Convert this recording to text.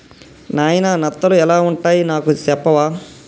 నాయిన నత్తలు ఎలా వుంటాయి నాకు సెప్పవా